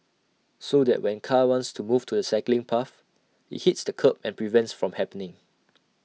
so that when car wants to move to the cycling path IT hits the kerb and prevents from happening